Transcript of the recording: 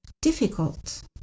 difficult